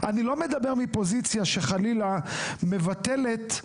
אני לא מדבר מפוזיציה שחלילה מבטלת,